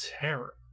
terror